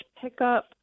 pickup